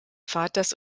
vaters